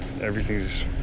everything's